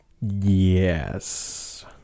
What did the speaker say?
Yes